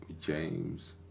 James